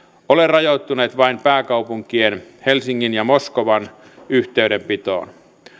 ole rajoittuneet vain pääkaupunkien helsingin ja moskovan yhteydenpitoon